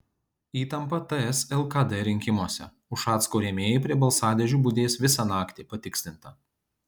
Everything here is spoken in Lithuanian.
įtampa ts lkd rinkimuose ušacko rėmėjai prie balsadėžių budės visą naktį patikslinta